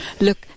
look